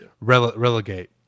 Relegate